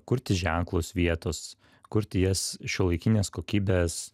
kurti ženklus vietos kurti jas šiuolaikinės kokybės